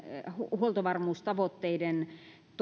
huoltovarmuustavoitteiden